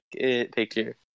picture